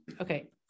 okay